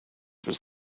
was